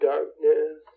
Darkness